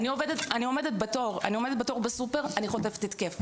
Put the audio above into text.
אני עומדת בתור בסופר, אני חוטפת התקף.